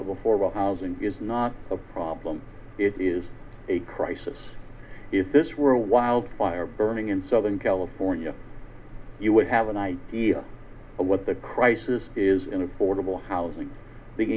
formal housing is not a problem it is a crisis if this were a wildfire burning in southern california you would have an idea of what the crisis is in affordable housing big